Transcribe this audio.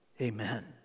amen